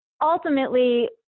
ultimately